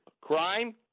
Crime